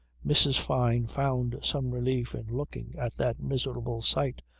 mrs. fyne found some relief in looking at that miserable sight,